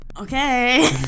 okay